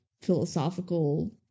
philosophical